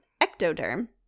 ectoderm